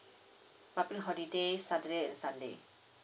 public holiday saturday and sunday